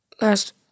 last